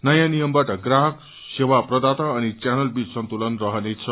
नयाँ नियमबाट ग्राहक सेवा प्रदाता अनि च्यानल बीच सन्तुलन रहनेछ